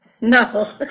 No